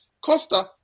Costa